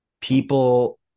people